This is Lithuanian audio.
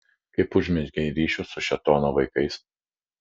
kaip užmezgei ryšius su šėtono vaikais